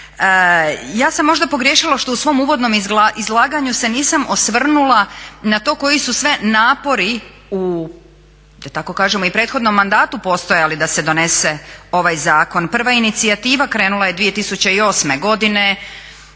Ja sam možda pogriješila što u svom uvodnom izlaganju se nisam osvrnula na to koji su sve napori u da tako kažem i u prethodnom mandatu postojali da se donese ovaj zakon. prva inicijativa krenula je 2008.godine,